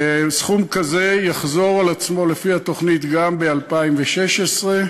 סכום כזה יהיה, לפי התוכנית, גם ב-2016,